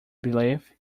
belief